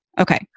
Okay